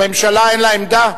הממשלה אין לה עמדה?